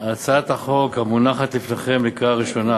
הצעת החוק המונחת לפניכם לקריאה ראשונה